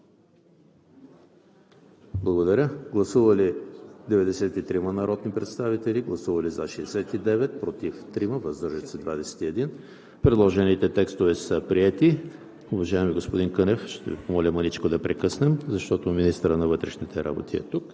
24 и 25. Гласували 93 народни представители: за 69, против 3, въздържали се 21. Предложените текстове са приети. Уважаеми господин Кънев, ще Ви помоля мъничко да прекъснем, защото министърът на вътрешните работи е тук.